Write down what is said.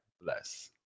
Bless